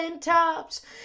tops